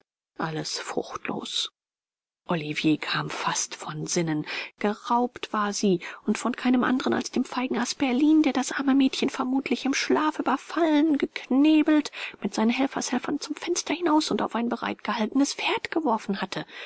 alles fruchtlos olivier kam fast von sinnen geraubt war sie und von keinem anderen als dem feigen asperlin der das arme mädchen vermutlich im schlaf überfallen geknebelt mit seinen helfershelfern zum fenster hinaus und auf ein bereit gehaltenes pferd geworfen hatte